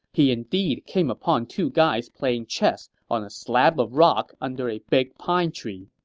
he indeed came upon two guys playing chess on a slab of rock under a big pine tree.